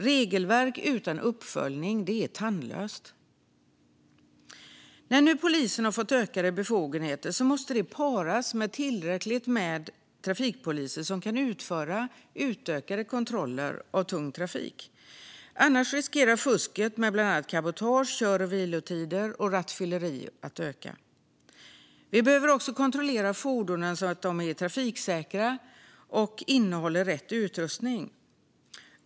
Regelverk utan uppföljning är tandlöst. När nu polisen har fått ökade befogenheter måste det paras med tillräckligt med trafikpoliser som kan utföra utökade kontroller av tung trafik. Annars riskerar fusket med bland annat cabotage, kör och vilotider och rattfylleri att öka. Vi behöver också kontrollera fordonen så att de är trafiksäkra och innehåller rätt utrustning.